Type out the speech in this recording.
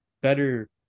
better –